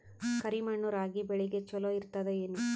ಕರಿ ಮಣ್ಣು ರಾಗಿ ಬೇಳಿಗ ಚಲೋ ಇರ್ತದ ಏನು?